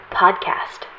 podcast